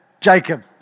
Jacob